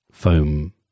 foam